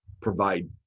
Provide